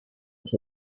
sich